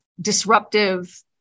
disruptive